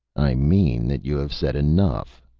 i mean that you have said enough!